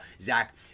Zach